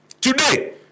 Today